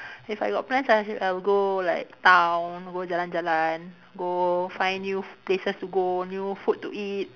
if I got plans I'll just I'll go like town go jalan jalan go find new places to go new food to eat